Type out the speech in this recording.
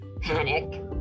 panic